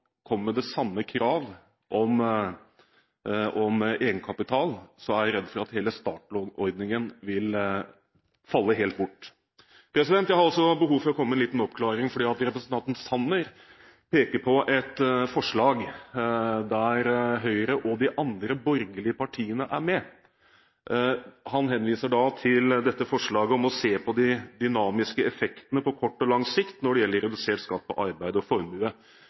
kommer med det samme kravet om egenkapital, er jeg redd for at hele startlånordningen vil falle bort. Jeg har også behov for å komme med en liten oppklaring: Representanten Sanner peker på et forslag der Høyre og «de andre borgerlige partiene» er med. Han henviser da til forslaget om å se på de dynamiske effektene på kort og lang sikt når det gjelder redusert skatt på arbeid og